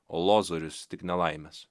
o lozorius tik nelaimes